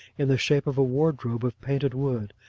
in the shape of a wardrobe of painted wood,